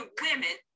women